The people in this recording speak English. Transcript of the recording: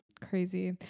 Crazy